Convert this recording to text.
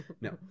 No